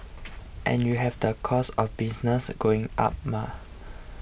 and you have the costs of business going up mah